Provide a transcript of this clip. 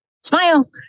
smile